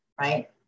right